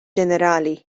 ġenerali